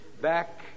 back